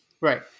Right